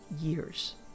years